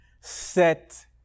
set